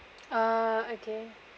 uh okay